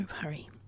hurry